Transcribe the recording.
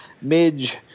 Midge